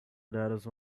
others